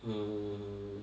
mm